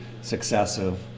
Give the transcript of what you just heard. successive